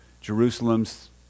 Jerusalem's